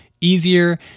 easier